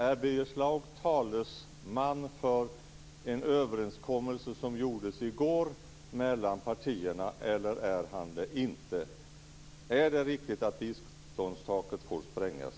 Är Birger Schlaug talesman för en överenskommelse som gjordes i går mellan partierna, eller är han det inte? Är det riktigt att biståndstaket får sprängas?